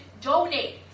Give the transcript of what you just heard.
donate